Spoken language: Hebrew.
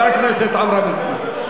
חבר הכנסת עמרם מצנע,